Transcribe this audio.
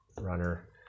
runner